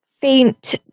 faint